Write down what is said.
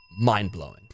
mind-blowing